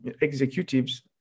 executives